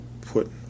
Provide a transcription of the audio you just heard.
put